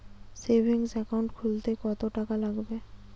Savings account খুলতে কতটাকা লাগবে?